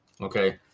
okay